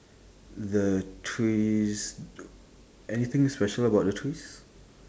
the trees anything special about the trees